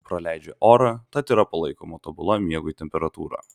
praleidžią orą tad yra palaikoma tobula miegui temperatūra